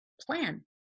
plan